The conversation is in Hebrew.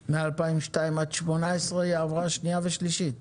מ-2002 עד 2018 היא עברה שנייה ושלישית?